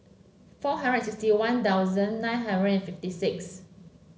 four hundred sixty One Thousand nine hundred and fifty six